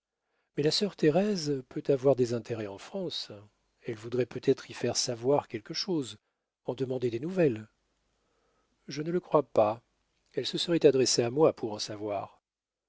mais la sœur thérèse peut avoir des intérêts en france elle voudrait peut-être y faire savoir quelque chose en demander des nouvelles je ne le crois pas elle se serait adressée à moi pour en savoir